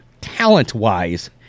talent-wise